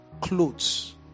clothes